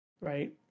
Right